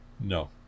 No